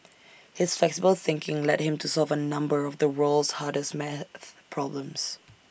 his flexible thinking led him to solve A number of the world's hardest math problems